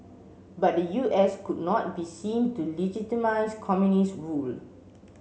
but the U S could not be seen to legitimise communist rule